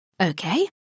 Okay